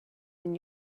when